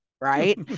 right